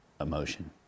emotion